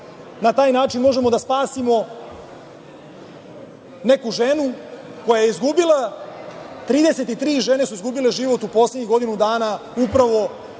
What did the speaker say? Na taj način možemo da spasimo neku ženu. Dakle, 33 žene su izgubile život u poslednjih godinu dana upravo